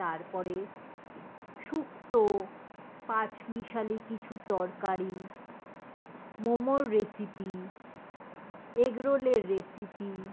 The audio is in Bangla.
তারপরে সুক্তো পাঁচমিশালি কিছু তরকারি মোমোর রেসিপি এগ রোলের রেসিপি